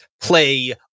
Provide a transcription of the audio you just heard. play